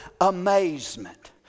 amazement